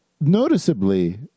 noticeably